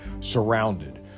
surrounded